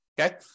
Okay